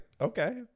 Okay